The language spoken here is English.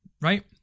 right